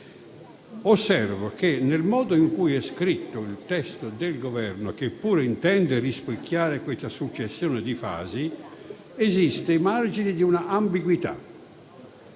Osservo che nel modo in cui è scritto il testo del Governo, che pure intende rispecchiare questa successione di fasi, esiste margine di ambiguità.